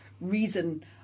reason